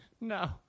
No